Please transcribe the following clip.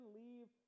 leave